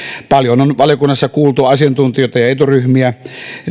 paljon on valiokunnassa kuultu asiantuntijoita ja eturyhmiä